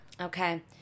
Okay